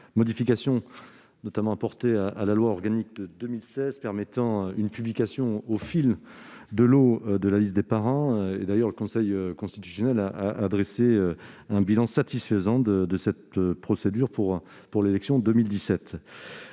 modification apportée à la loi organique de 2016 permettant une publication au fil de l'eau de la liste des parrains. D'ailleurs, le Conseil constitutionnel a dressé un bilan satisfaisant de cette procédure pour l'élection de 2017.